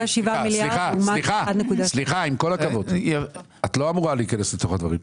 את לא אמורה להתפרץ.